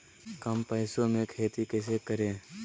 कम पैसों में खेती कैसे करें?